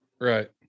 right